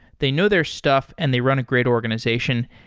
they know their stuff and they run a great organization.